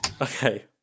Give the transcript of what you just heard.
Okay